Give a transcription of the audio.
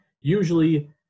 usually